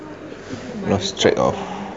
lost track of